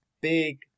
big